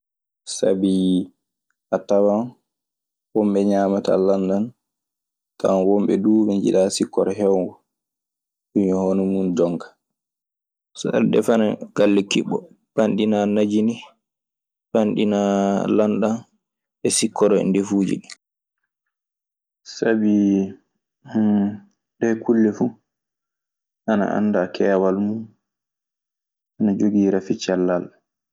So aɗe defana galle kiɓɓo, panɗinaa najini, panɗinaa lanɗan e sikkoro e ndefuuji. Sabi a tawan wonɓe ñaamataa lanɗan. A tawan wonɓe duu ɓe njiɗaa sikkoro heewngo. Ɗun e hono muuɗun jon kaa. Sabii ɗee kulle fu ana annda keewal mun ana jogii rafi cellal.